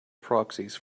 proxies